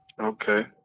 Okay